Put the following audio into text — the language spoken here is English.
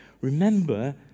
Remember